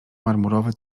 marmurowy